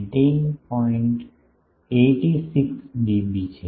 86 dB છે